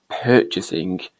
purchasing